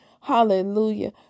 Hallelujah